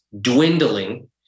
dwindling